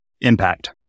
Impact